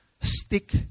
Stick